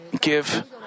give